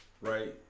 right